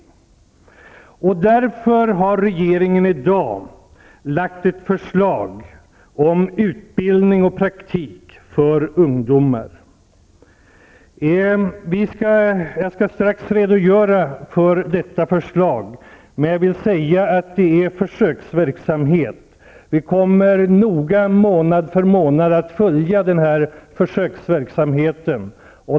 Därför har regeringen i dag lagt fram ett förslag om utbildning och praktik för ungdomar. Jag skall strax redogöra för detta förslag, men jag vill säga att det är en försöksverksamhet. Vi kommer att noga, månad för månad, följa försöksverksamheten.